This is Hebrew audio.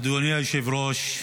אדוני היושב-ראש,